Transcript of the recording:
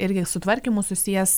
irgi su tvarkymu susijęs